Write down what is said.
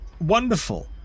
wonderful